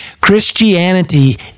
Christianity